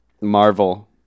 marvel